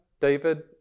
David